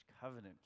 covenant